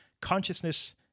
Consciousness